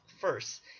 first